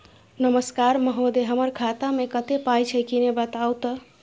नमस्कार महोदय, हमर खाता मे कत्ते पाई छै किन्ने बताऊ त?